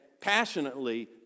passionately